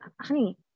honey